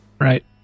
right